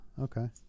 Okay